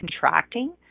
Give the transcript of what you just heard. contracting